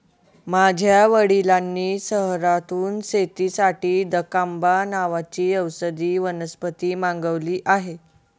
माझ्या वडिलांनी शहरातून शेतीसाठी दकांबा नावाची औषधी वनस्पती मागवली आहे